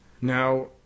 Now